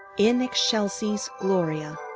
in excelsis gloria!